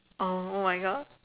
oh my god